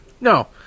No